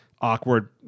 awkward